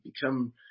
become